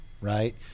right